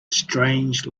strange